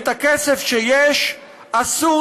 את הכסף שיש אסור